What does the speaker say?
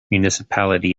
municipality